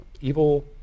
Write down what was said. evil